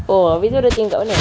oh habis tu dia tinggal kat mana